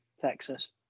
Texas